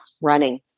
running